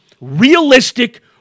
realistic